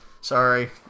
Sorry